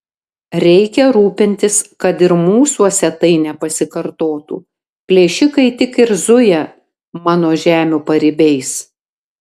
reikia rūpintis kad ir mūsuose tai nepasikartotų plėšikai tik ir zuja mano žemių paribiais